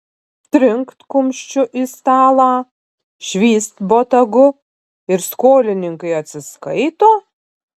trinkt kumščiu į stalą švyst botagu ir skolininkai atsiskaito